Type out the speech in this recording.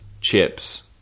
chips